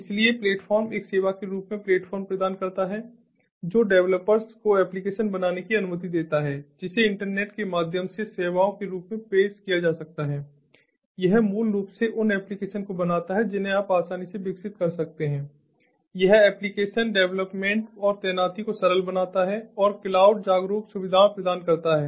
इसलिए प्लेटफ़ॉर्म एक सेवा के रूप में प्लेटफ़ॉर्म प्रदान करता है जो डेवलपर्स को एप्लिकेशन बनाने की अनुमति देता है जिसे इंटरनेट के माध्यम से सेवाओं के रूप में पेश किया जा सकता है यह मूल रूप से उन एप्लीकेशन को बनाता है जिन्हें आप आसानी से विकसित कर सकते हैं यह एप्लिकेशन डेवलपमेंट और तैनाती को सरल बनाता है और क्लाउड जागरूक सुविधाएं प्रदान करता है